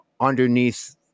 underneath